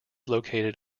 located